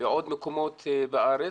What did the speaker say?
ועוד מקומות בארץ,